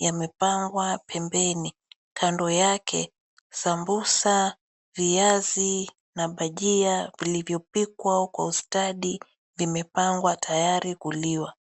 yamepangwa pembeni. Kando yake sambusa viazi na bhajia vilivyopikwa kwa ustadi zimepangwa tayari kuliwa.